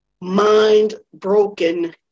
mind-broken